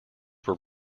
were